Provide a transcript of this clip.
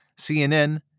CNN